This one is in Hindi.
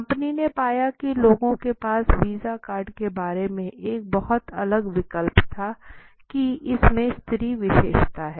कंपनी ने पाया कि लोगों के पास वीज़ा कार्ड के बारे में एक बहुत अलग विकल्प था की इसमें स्त्री विशेषता है